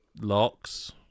locks